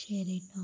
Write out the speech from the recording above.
ശരിട്ടോ